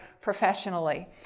professionally